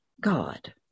God